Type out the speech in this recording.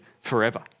forever